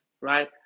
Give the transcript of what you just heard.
right